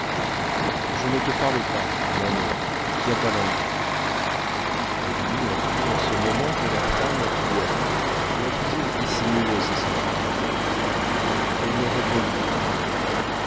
je ne te parle pas nanon tiens ta langue eugénie apprit en ce moment que la femme qui aime doit toujours dissimuler ses sentiments elle ne répondit pas